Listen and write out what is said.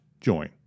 join